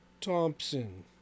Thompson